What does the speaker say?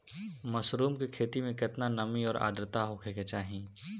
Mushroom की खेती में केतना नमी और आद्रता होखे के चाही?